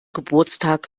geburtstag